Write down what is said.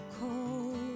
cold